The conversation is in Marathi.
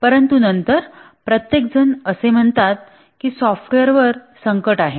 परंतु नंतर प्रत्येकजण असे म्हणतात की सॉफ्टवेअर वर संकट आहे